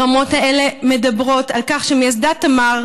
הרמות האלה מדברות על כך שמאסדת תמר